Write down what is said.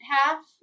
half